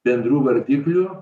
bendrų vardiklių